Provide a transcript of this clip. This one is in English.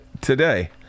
today